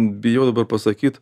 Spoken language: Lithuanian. bijau dabar pasakyt